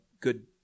good